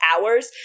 hours